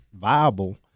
viable